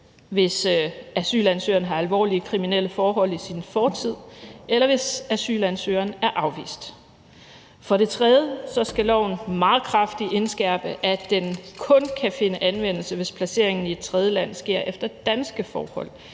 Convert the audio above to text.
hvis asylansøgeren har alvorlige kriminelle forhold i sin fortid; eller det kunne være, hvis asylansøgeren er afvist. For det tredje skal loven meget kraftigt indskærpe, at den kun kan finde anvendelse, hvis placeringen i et tredjeland sker efter danske forhold,